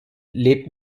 lebt